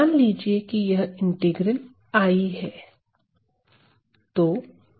मान लीजिए कि यह इंटीग्रल I है